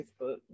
Facebook